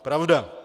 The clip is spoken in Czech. Pravda.